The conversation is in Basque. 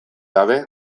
gabe